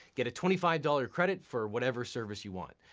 get a twenty five dollars credit for whatever service you want.